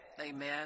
Amen